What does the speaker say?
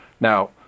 Now